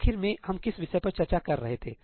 आखिर मे हम किस विषय पर चर्चा कर रहे थे